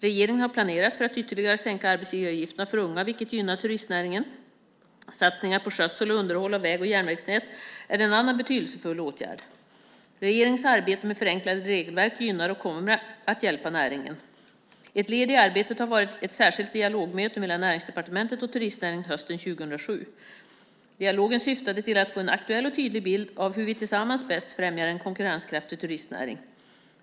Regeringen har planerat för att ytterligare sänka arbetsgivaravgifterna för unga, vilket gynnar turistnäringen. Satsningar på skötsel och underhåll av väg och järnvägsnät är en annan betydelsefull åtgärd. Regeringens arbete med förenklade regelverk gynnar och kommer att hjälpa näringen. Ett led i arbetet har varit ett särskilt dialogmöte mellan Näringsdepartementet och turistnäringen hösten 2007. Dialogen syftade till att få en aktuell och tydlig bild av hur vi tillsammans bäst främjar en konkurrenskraftig turistnäring.